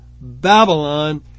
Babylon